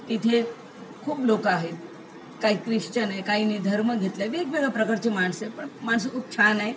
तिथे खूप लोक आहेत काही क्रिश्चन आहे काहीनी धर्म घेतलं आहे वेगवेगळ्या प्रकारचे माणसं आहे पण माणसं खूप छान आहे